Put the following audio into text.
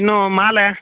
ಇನ್ನು ಮಾಲೆ